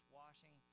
washing